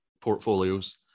portfolios